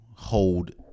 hold